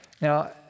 Now